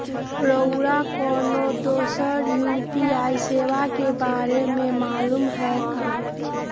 रउरा कोनो दोसर यू.पी.आई सेवा के बारे मे मालुम हए का?